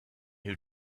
who